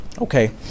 Okay